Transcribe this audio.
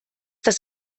das